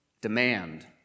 demand